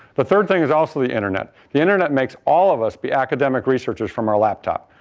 but third thing is also the internet. the internet makes all of us be academic researchers from our laptop.